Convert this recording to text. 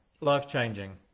life-changing